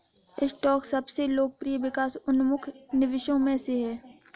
stock सबसे लोकप्रिय विकास उन्मुख निवेशों में से है